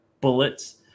bullets